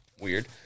Weird